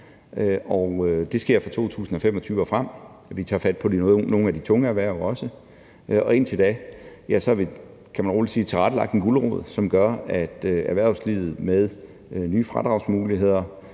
det sker fra 2025 og frem, hvor vi også tager fat på nogle af de tunge erhverv. Og indtil da har vi, kan man roligt sige, tilrettelagt en gulerod, som gør, at erhvervslivet med de nye fradragsmuligheder